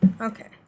Okay